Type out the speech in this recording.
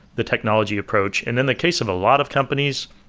the technology approach. and then the case of a lot of companies,